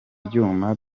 byuma